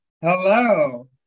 Hello